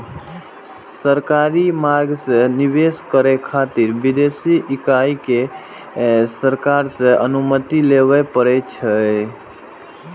सरकारी मार्ग सं निवेश करै खातिर विदेशी इकाई कें सरकार सं अनुमति लेबय पड़ै छै